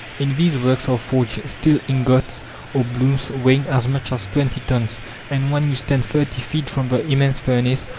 in these works are forged steel ingots or blooms weighing as much as twenty tons and when you stand thirty feet from the immense furnace,